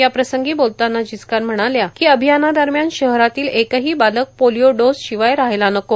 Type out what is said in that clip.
याप्रसंगी बोलताना जिचकार म्हणाल्या अभियानादरम्यान शहरातील एकही बालक पोलिओ डोज शिवाय राहायला नको